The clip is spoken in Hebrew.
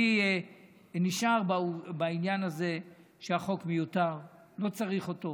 אני נשאר בעניין הזה שהחוק מיותר, לא צריך אותו,